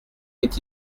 est